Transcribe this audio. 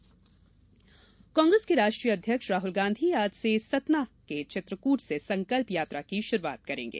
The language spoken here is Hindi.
राहुल गांधी दौरा कांग्रेस के राष्ट्रीय अध्यक्ष राहुल गांधी आज से सतना के चित्रकूट से संकल्प यात्रा की शुरूआत करेंगे